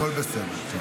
הכול בסדר.